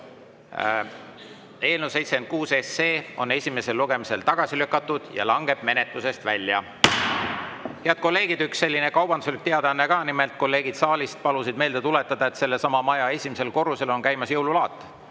Eelnõu 76 on esimesel lugemisel tagasi lükatud ja langeb menetlusest välja. Head kolleegid, üks kaubanduslik teadaanne ka. Nimelt, kolleegid saalist palusid meelde tuletada, et sellesama maja esimesel korrusel on käimas jõululaat